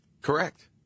Correct